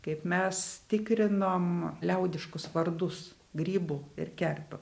kaip mes tikrinom liaudiškus vardus grybų ir kerpių